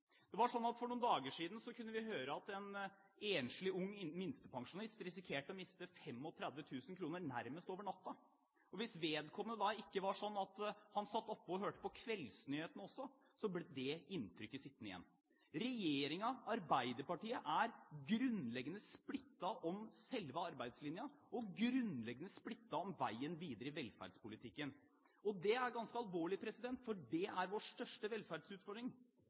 Det var sånn at for noen dager siden kunne vi høre at en enslig ung minstepensjonist risikerte å miste 35 000 kr nærmest over natta. Hvis vedkommende da ikke satt oppe og hørte på kveldsnyhetene også, ble det inntrykket sittende igjen. Regjeringen, Arbeiderpartiet, er grunnleggende splittet om selve arbeidslinja og grunnleggende splittet om veien videre i velferdspolitikken. Og det er ganske alvorlig, for det er vår største velferdsutfordring.